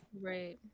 Right